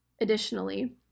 additionally